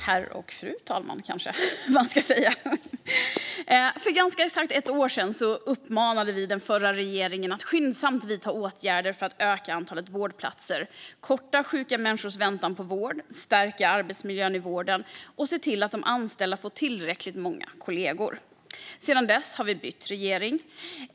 Herr talman! För ganska exakt ett år sedan uppmanade vi den förra regeringen att skyndsamt vidta åtgärder för att öka antalet vårdplatser, korta sjuka människors väntan på vård, stärka arbetsmiljön i vården och se till att de anställda får tillräckligt många kollegor. Sedan dess har vi bytt regering.